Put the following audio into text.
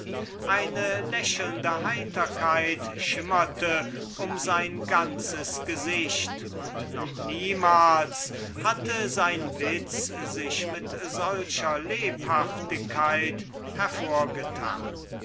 eine lächelnde heiterkeit schimmerte um sein ganzes gesicht und noch niemal hatte sein witz sich mit solcher lebhaftigkeit hervorgetan